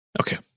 Okay